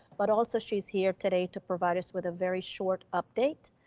but also she's here today to provide us with a very short update.